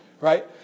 right